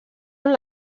amb